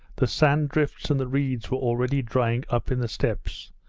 the sand-drifts and the reeds were already drying up in the steppes,